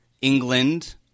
England